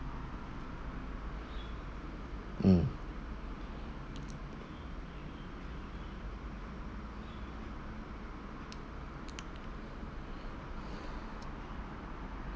mm